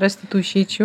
rasti tų išeičių